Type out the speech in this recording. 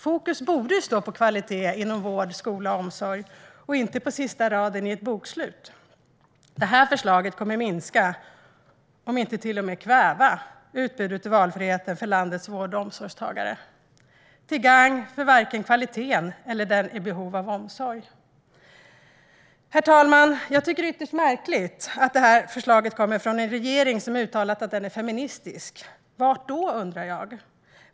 Fokus borde ligga på kvalitet inom vård, skola och omsorg, inte på sista raden i ett bokslut. Förslaget kommer att minska, om inte till och med kväva, utbudet och valfriheten för landets vård och omsorgstagare, till gagn varken för kvaliteten eller för den som är i behov av omsorg. Herr talman! Jag tycker att det är ytterst märkligt att detta förslag kommer från en regering som har uttalat att den är feministisk. Hur då, undrar jag?